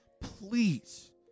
please